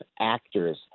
actors